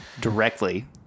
directly